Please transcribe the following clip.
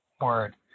Word